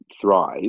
thrive